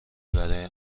برای